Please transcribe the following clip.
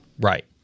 right